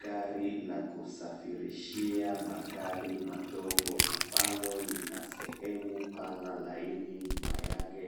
Gari la kusafirishia magari madogo ambalo lina sehemu pana laini nyuma yake